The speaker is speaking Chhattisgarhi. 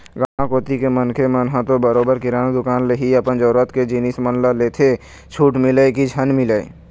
गाँव कोती के मनखे मन ह तो बरोबर किराना दुकान ले ही अपन जरुरत के जिनिस मन ल लेथे छूट मिलय की झन मिलय